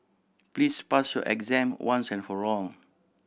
please pass your exam once and for all